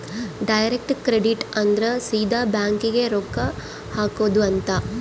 direct credit ಅಂದ್ರ ಸೀದಾ bank ಗೇ ರೊಕ್ಕ ಹಾಕೊಧ್ ಅಂತ